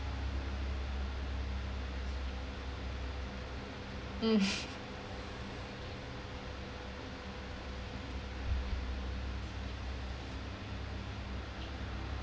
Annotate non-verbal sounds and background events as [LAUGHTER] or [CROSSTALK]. mm [LAUGHS]